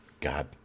God